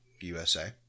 USA